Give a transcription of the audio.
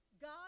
God